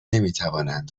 نمیتوانند